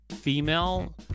female